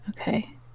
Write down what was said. Okay